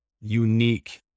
unique